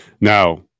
Now